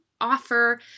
offer